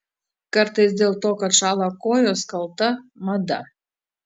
kartais dėl to kad šąla kojos kalta mada